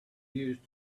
used